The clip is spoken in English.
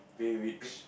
very rich